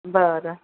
बरं